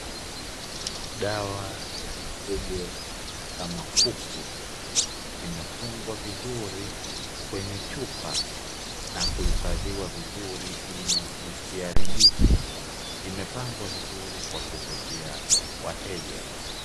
Dawa ya mifugo kama kuku, imefungwa vizuri kwenye chupa na kuhifadhiwa vizuri ili isiharibike, imepangwa vizuri kwa kuvutia wateja.